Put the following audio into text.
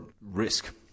risk